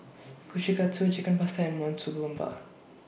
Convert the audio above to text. Kushikatsu Chicken Pasta and Monsunabe